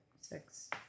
six